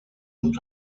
und